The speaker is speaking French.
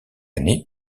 année